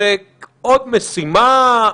זאת עוד משימה?